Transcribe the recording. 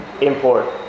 import